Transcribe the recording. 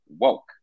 woke